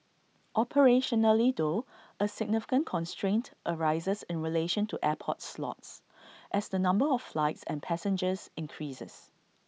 operationally though A significant constraint arises in relation to airports slots as the number of flights and passengers increases